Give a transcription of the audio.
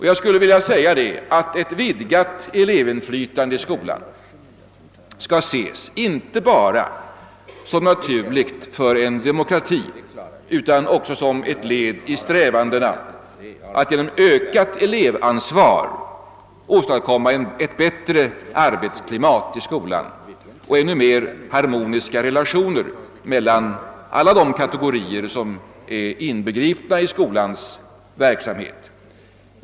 Jag skulle vilja säga att ett vidgat elevinflytande i skolan skall ses inte bara som en naturlig sak för en demokrati utan också som ett led i strävandena att genom ökat elevansvar åstadkomma ett bättre arbetsklimat i skolan och ännu mer harmoniska relationer mellan alla de kategorier som är inbegripna i skolans verksamhet.